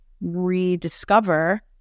rediscover